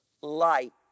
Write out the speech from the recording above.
light